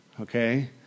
okay